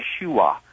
Yeshua